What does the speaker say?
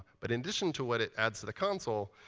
but in addition to what it adds to the console,